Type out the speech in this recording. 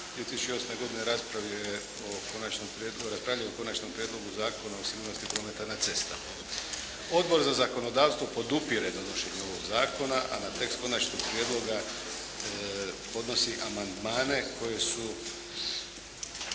2008. godine raspravljao je o Konačnom prijedlogu Zakona o sigurnosti prometa na cestama. Odbor za zakonodavstvo podupire donošenje ovog zakona, a na tekst konačnog prijedloga podnosi amandmane kojima